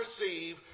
receive